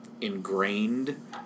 ingrained